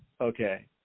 okay